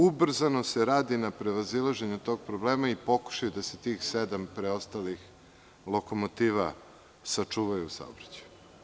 Ubrzano se radi na prevazilaženju tog problema i pokušaj da se tih sedam preostalih lokomotiva sačuvaju u saobraćaju.